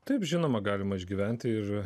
taip žinoma galima išgyventi ir